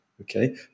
Okay